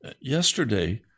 yesterday